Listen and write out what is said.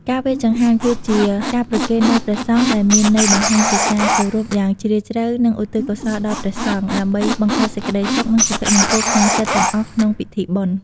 ការវេរចង្ហាន់ គឺជាការប្រគេនដល់ព្រសង្ឃ ដែលមានន័យបង្ហាញពីការគោរពយ៉ាងជ្រាលជ្រៅ និងឧទ្ទិសកុសលដល់ព្រះសង្ឃ ដើម្បីបង្កើតសេចក្ដីសុខ និងសុភមង្គលក្នុងចិត្តទាំងអស់ក្នុងពិធីបុណ្យ។